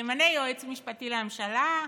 ימנה יועץ משפטי לממשלה,